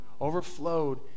overflowed